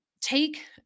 take